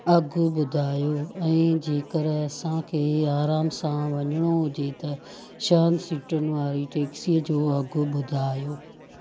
अघु ॿुधायो ऐं जेकर असांखे आराम सां वञिणो हुजे त छहनि सीटुनि वारी टेक्सीअ जो अघु ॿुधायो